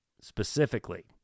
specifically